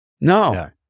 No